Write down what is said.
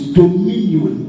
dominion